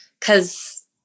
Cause